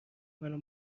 منو